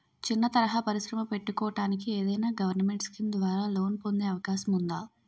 చిన్న తరహా పరిశ్రమ పెట్టుకోటానికి ఏదైనా గవర్నమెంట్ స్కీం ద్వారా లోన్ పొందే అవకాశం ఉందా?